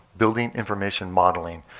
building information modeling.